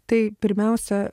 tai pirmiausia